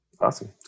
Awesome